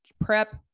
prep